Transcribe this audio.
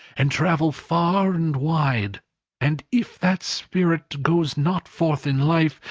and travel far and wide and if that spirit goes not forth in life,